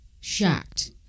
shocked